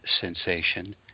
sensation